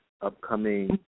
upcoming